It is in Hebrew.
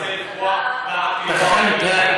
אל תיסחף.